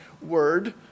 word